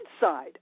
side